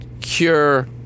cure